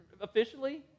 Officially